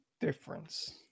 difference